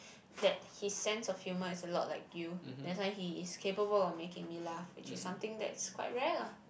that his sense of humour is a lot like you that's why he is capable of making me laugh which is something that's quite rare lah